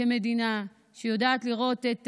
כמדינה שיודעת לראות את